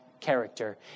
character